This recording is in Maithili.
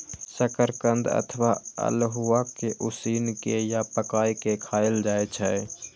शकरकंद अथवा अल्हुआ कें उसिन के या पकाय के खायल जाए छै